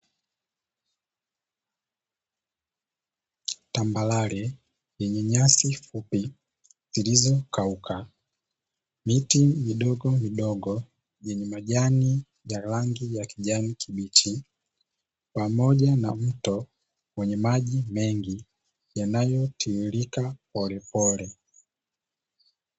Tambarare yenye nyasi fupi zilizokauka, miti midogomidogo yenye majani ya rangi ya kijani kibichi, pamoja na mto wenye maji mengi yanayotiririka polepole.